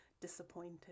disappointed